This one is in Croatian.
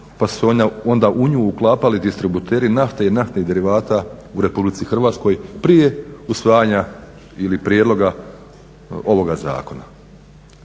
pa su onda u nju uklapali distributeri nafte i naftnih derivata u Republici Hrvatskoj prije usvajanja ili prijedloga ovoga zakona.